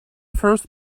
first